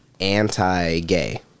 anti-gay